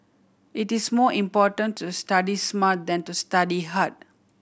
it is more important to study smart than to study hard